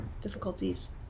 difficulties